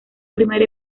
primer